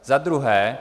Za druhé.